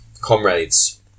comrades